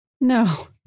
No